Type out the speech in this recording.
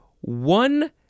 one